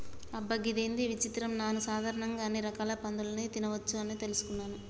అబ్బ గిదేంది విచిత్రం నాను సాధారణంగా అన్ని రకాల పందులని తినవచ్చని తెలుసుకున్నాను